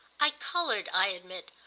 i coloured, i admit,